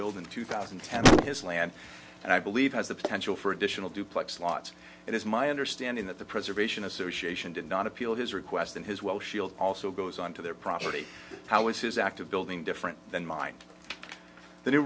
build in two thousand and ten his land and i believe has the potential for additional duplex lots of it is my understanding that the preservation association did not appeal his request in his will shield also goes on to their property how is his act of building different than mine th